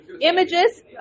images